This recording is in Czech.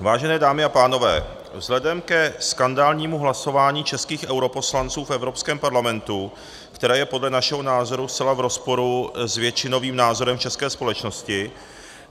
Vážené dámy a pánové, vzhledem ke skandálnímu hlasování českých europoslanců v Evropském parlamentu, které je podle našeho názoru zcela v rozporu s většinovým názorem české společnosti,